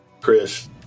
Chris